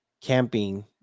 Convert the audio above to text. camping